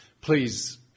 Please